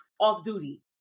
off-duty